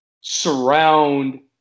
surround